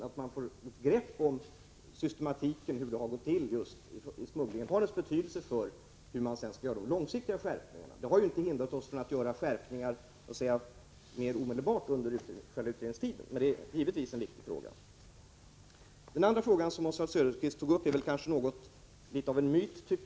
Att man får grepp om systematiken kring själva smugglingen har naturligtvis betydelse för hur man sedan skall utforma mer långsiktiga skärpningar. Det har inte hindrat oss från att vidta skärpningar under själva utredningstiden. Men detta är givetvis en viktig fråga. Den andra frågan som Oswald Söderqvist tog upp är kanske något av en myt.